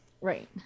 Right